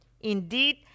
Indeed